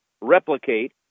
replicate